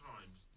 Times